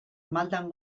maldan